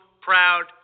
proud